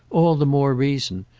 all the more reason!